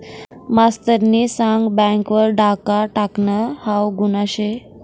मास्तरनी सांग बँक वर डाखा टाकनं हाऊ गुन्हा शे